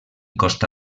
costa